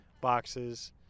boxes